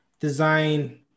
design